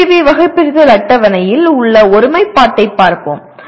ABV வகைபிரித்தல் அட்டவணையில் உள்ள ஒருமைப்பாட்டை பார்ப்போம்